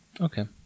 Okay